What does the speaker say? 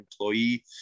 employee